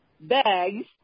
bags